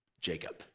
Jacob